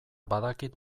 badakit